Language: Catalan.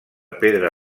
pedra